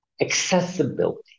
accessibility